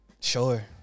Sure